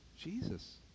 Jesus